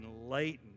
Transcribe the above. enlightened